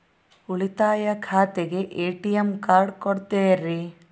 ಉಳಿತಾಯ ಖಾತೆಗೆ ATM card ಕೊಡ್ತೇರಿ?